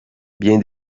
bien